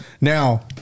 Now